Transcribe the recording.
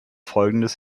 folgendes